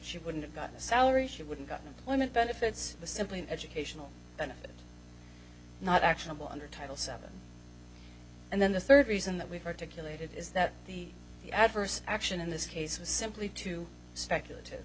she wouldn't have got the salary she wouldn't gotten when it benefits the simply an educational benefit not actionable under title seven and then the third reason that we've articulated is that the adverse action in this case was simply too speculative